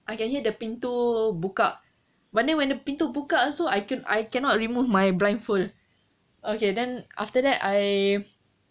I can hear the pintu buka but when the pintu buka also I can~ I cannot remove my blindfold okay then after that I